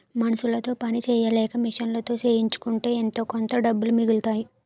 మనుసులతో పని సెయ్యలేక మిషన్లతో చేయించుకుంటే ఎంతోకొంత డబ్బులు మిగులుతాయి